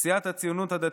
סיעת הציונות הדתית,